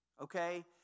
okay